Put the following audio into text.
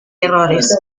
errores